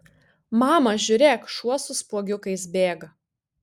mama žiūrėk šuo su spuogiukais bėga